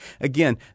Again